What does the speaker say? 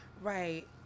Right